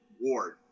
ward